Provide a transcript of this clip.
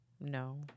No